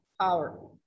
power